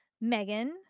Megan